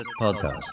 Podcast